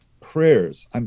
prayers